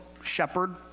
shepherd